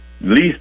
least